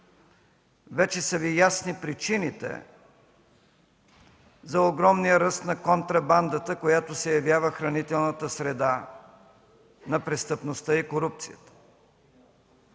вече са Ви ясни причините за огромния ръст на контрабандата, която се явява хранителната среда на престъпността и корупцията.